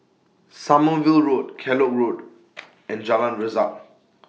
Sommerville Road Kellock Road and Jalan Resak